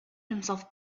himself